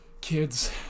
Kids